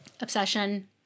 Obsession